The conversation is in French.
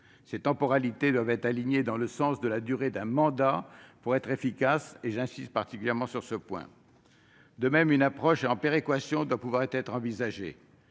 ces temporalités doivent être alignées sur la durée d'un mandat, j'insiste particulièrement sur ce point. De même, une approche en péréquation doit pouvoir être envisagée.